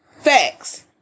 Facts